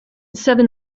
seven